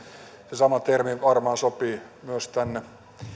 sama termi varmaan sopii myös tänne